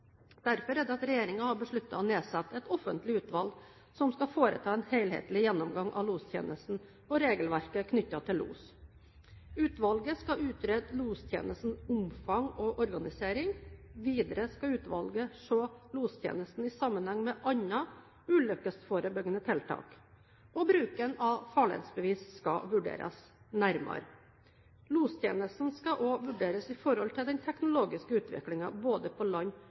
har derfor besluttet å nedsette et offentlig utvalg som skal foreta en helhetlig gjennomgang av lostjenesten og regelverket knyttet til los. Utvalget skal utrede lostjenestens omfang og organisering. Videre skal utvalget se lostjenesten i sammenheng med andre ulykkesforebyggende tiltak. Bruken av farledsbevis skal vurderes nærmere. Lostjenesten skal også vurderes i forhold til den teknologiske utviklingen, både på land